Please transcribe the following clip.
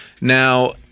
Now